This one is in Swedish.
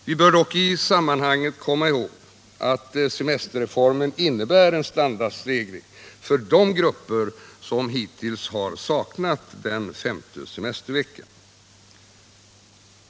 Vi bör dock i sammanhanget komma ihåg att semesterreformen innebär en standardstegring för de grupper som hittills saknat en femte semestervecka.